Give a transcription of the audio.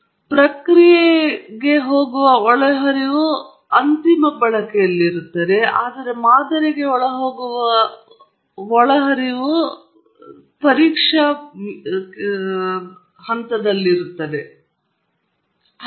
ಆದ್ದರಿಂದ ಪ್ರಕ್ರಿಯೆಗೆ ಹೋಗುತ್ತಿರುವ ಒಳಹರಿವಿನೊಂದಿಗೆ ಮತ್ತು ಮಾದರಿಯೊಳಗೆ ಹೋಗುವ ಒಳಹರಿವಿನೊಂದಿಗೆ ಗೊಂದಲಗೊಳ್ಳಬೇಡಿ